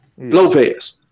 Lopez